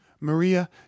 Maria